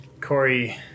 Corey